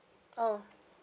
oh